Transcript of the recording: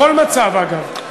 בכל מצב, אגב.